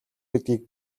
гэдгийг